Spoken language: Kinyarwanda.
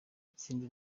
ikindi